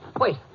wait